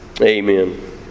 amen